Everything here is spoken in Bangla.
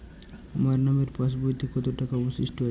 আমার নামের পাসবইতে কত টাকা অবশিষ্ট আছে?